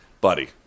buddy